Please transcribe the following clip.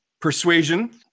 Persuasion